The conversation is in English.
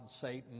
Satan